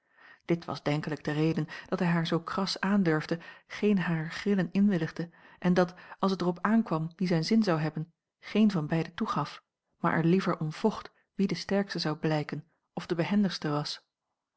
dit was denkelijk de reden dat hij haar zoo kras aandurfde geen harer grillen inwilligde en dat als het er op aankwam wie zijn zin zou hebben geen van beiden toegaf maar er liever om vocht wie de sterkste zou blijken of de behendigste was